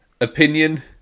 opinion